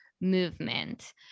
movement